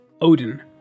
Odin